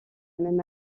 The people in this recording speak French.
même